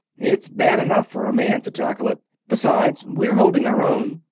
it's bad enough for a man to tackle it. besides, we're holding our own.